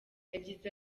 yagize